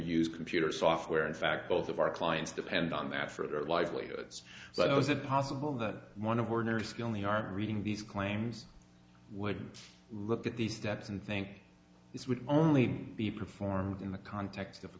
use computer software in fact both of our clients depend on that for their livelihoods so i was it possible that one of ordinary skill we are reading these claims would look at these steps and think this would only be performed in the context of a